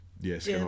Yes